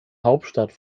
hauptstadt